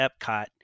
epcot